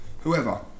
whoever